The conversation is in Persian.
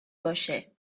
باشه